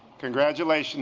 congratulations